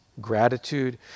gratitude